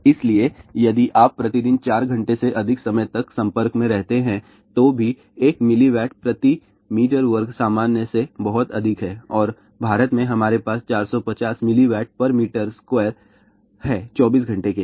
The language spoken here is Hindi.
इसलिए यदि आप प्रति दिन चार घंटे से अधिक समय तक संपर्क में रहते हैं तो भी 1 mW प्रति मीटर वर्ग सामान्य से बहुत अधिक है और भारत में हमारे पास 450 mWm2 हैं 24 घंटे के लिए